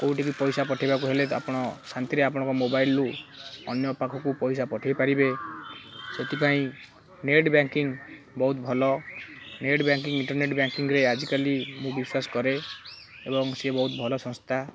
କେଉଁଠି ବି ପଇସା ପଠାଇବାକୁ ହେଲେ ତ ଆପଣ ଶାନ୍ତିରେ ଆପଣଙ୍କ ମୋବାଇଲରୁ ଅନ୍ୟ ପାଖକୁ ପଇସା ପଠାଇ ପାରିବେ ସେଥିପାଇଁ ନେଟ୍ ବ୍ୟାଙ୍କିଙ୍ଗ ବହୁତ ଭଲ ନେଟ୍ ବ୍ୟାଙ୍କିଙ୍ଗ ଇଣ୍ଟରନେଟ୍ ବ୍ୟାଙ୍କିଙ୍ଗରେ ଆଜିକାଲି ମୁଁ ବିଶ୍ଵାସ କରେ ଏବଂ ସିଏ ବହୁତ ଭଲ ସଂସ୍ଥା